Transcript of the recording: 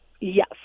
Yes